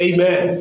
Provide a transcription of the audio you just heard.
Amen